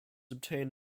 obtained